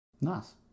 Nice